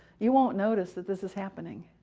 you won't notice that this is happening.